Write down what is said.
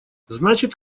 значит